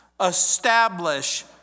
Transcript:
establish